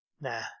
nah